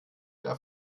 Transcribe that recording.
der